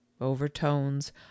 overtones